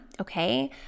okay